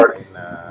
like you see